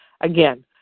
Again